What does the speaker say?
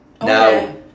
now